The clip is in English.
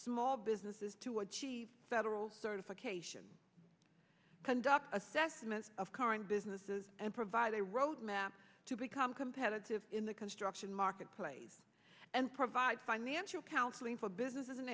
small businesses to achieve federal certification conduct assessments of current businesses and provide a road map to become competitive in the construction marketplace and provide financial counseling for businesses and